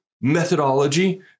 methodology